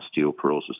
osteoporosis